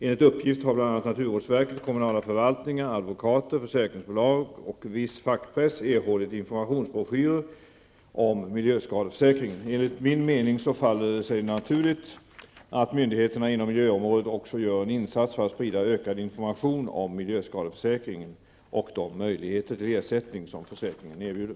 Enligt uppgifter har bl.a. naturvårdsverket, kommunala förvaltningar, advokater, försäkringsbolag och viss fackpress erhållit informationsbroschyrer om miljöskadeförsäkringen. Enligt min mening faller det sig naturligt att myndigheterna inom miljöområdet också gör en insats för att sprida ökad information om miljöskadeförsäkringen och de möjligheter till ersättning som försäkringen erbjuder.